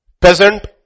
peasant